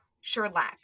Sherlock